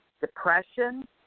depression